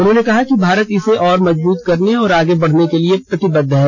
उन्होंने कहा कि भारत इसे और मजबूत करने और आगे बढाने के लिए प्रतिबद्ध है